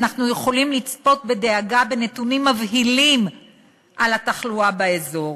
אנחנו יכולים לצפות בדאגה בנתונים מבהילים על התחלואה באזור.